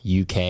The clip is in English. UK